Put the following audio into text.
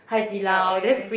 Hai-Di-Lao oh ya